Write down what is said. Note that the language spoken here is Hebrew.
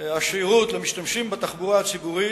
השירות למשתמשים בתחבורה הציבורית,